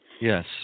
Yes